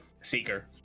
seeker